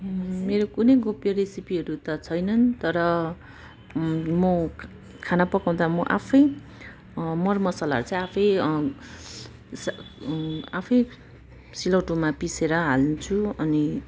मेरो कुनै गोप्य रेसिपीहरू त छैनन् तर म खाना पकाउँदा म आफैँ मर मसलाहरू चाहिँ सा आफैँ आफैँ सिलौटोमा पिसेर हाल्छु अनि